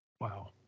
Wow